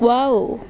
wow